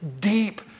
deep